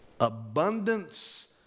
abundance